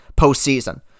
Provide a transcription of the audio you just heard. postseason